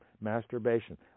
masturbation